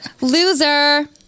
Loser